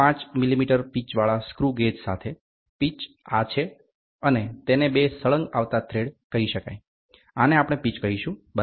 5 millimetre pitch વાળા screw gauge સાથે pitch આ છે અને તેને બે સળંગ આવતા થ્રેડ કહી શકાય આને આપણે પીચ કહીશું બરાબર